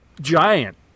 giant